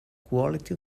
quality